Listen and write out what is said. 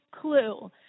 clue